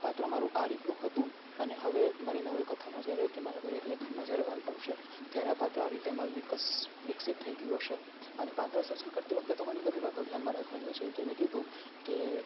પાત્ર મારું આ રીતનું હતું અને હવે મારી નવલકથાનો કે જ્યારે મારે કોઈ એક લેખનનો જ્યારે અંત આવશે ત્યારે આ પાત્ર આમાં વિકસ વિકસિત થઈ ગયું હશે અને પાત્રસર્જન કરતી વખતે તો ઘણી બધી વાતો ધ્યાનમાં રાખવાની હોય છે કે મેં કીધું કે